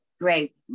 great